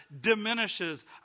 diminishes